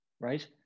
right